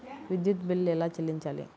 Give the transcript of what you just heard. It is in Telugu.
విద్యుత్ బిల్ ఎలా చెల్లించాలి?